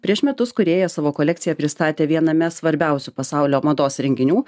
prieš metus kūrėja savo kolekciją pristatė viename svarbiausių pasaulio mados renginių